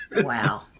Wow